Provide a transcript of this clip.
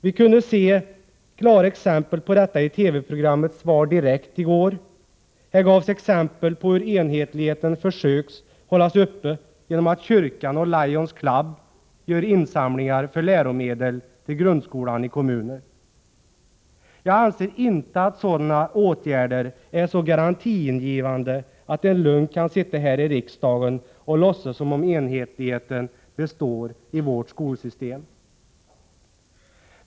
Vi kunde i går se klara exempel på detta i TV-programmet Svar direkt. Här gavs exempel på hur det görs försök att upprätthålla enhetligheten genom att kyrkan och Lions Club gör insamlingar för läromedel till grundskolan i kommuner. Jag anser inte att sådana åtgärder är så garantigivande att vi lugnt kan sitta här i riksdagen och låtsas som om enhetligheten består i vårt skolsystem.